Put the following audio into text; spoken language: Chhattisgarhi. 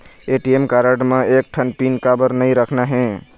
ए.टी.एम कारड म एक ठन पिन काबर नई रखना हे?